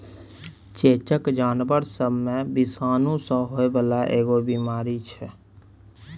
चेचक जानबर सब मे विषाणु सँ होइ बाला एगो बीमारी छै